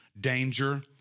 danger